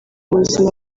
buzima